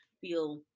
feel